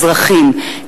אזרחים,